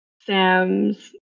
Sam's